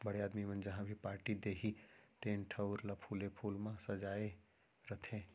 बड़े आदमी मन जहॉं भी पारटी देहीं तेन ठउर ल फूले फूल म सजाय रथें